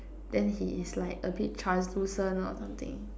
then he is like a bit translucent or something